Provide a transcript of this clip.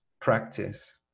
practice